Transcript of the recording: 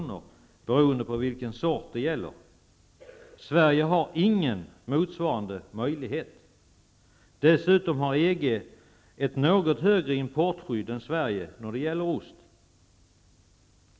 per kilo beroende på vilken sort det gäller. Sverige har ingen motsvarande möjlighet. Dessutom har EG ett något högre importskydd än Sverige när det gäller ost.